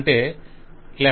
అంటే "